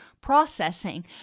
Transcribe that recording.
processing